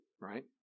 right